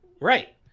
Right